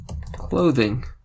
clothing